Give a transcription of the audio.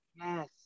yes